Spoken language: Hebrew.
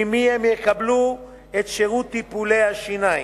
ממי הם יקבלו את השירות של טיפולי השיניים.